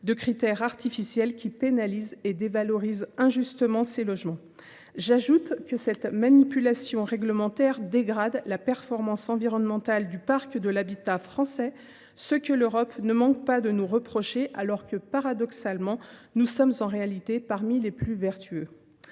de critères artificiels qui pénalisent et dévalorisent injustement ces logements. J’ajoute que cette manipulation réglementaire dégrade la performance environnementale du parc de l’habitat français, ce que l’Europe ne manque pas de nous reprocher, alors que, paradoxalement, nous sommes parmi les plus vertueux.